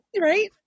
right